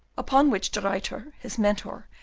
upon which de ruyter, his mentor,